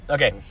Okay